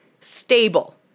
stable